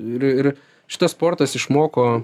ir ir šitas sportas išmoko